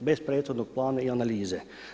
bez prethodnog plana i analize.